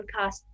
podcast